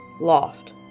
Loft